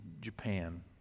Japan